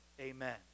Amen